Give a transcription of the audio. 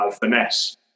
Finesse